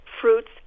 fruits